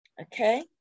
okay